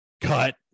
cut